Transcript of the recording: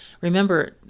Remember